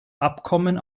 abkommen